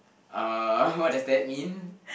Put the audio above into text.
uh what does that mean